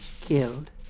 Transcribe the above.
killed